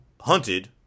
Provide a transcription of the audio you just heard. hunted